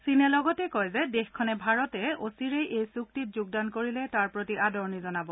চীনে লগতে কয় যে দেশখনে ভাৰতে অচিৰেই এই চুক্তিত যোগদান কৰিলে তাৰ প্ৰতি আদৰণি জনাব